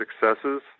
successes